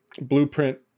blueprint